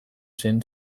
zen